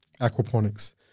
aquaponics